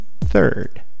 Third